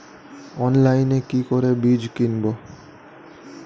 অনলাইনে কি করে বীজ কিনব?